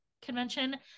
convention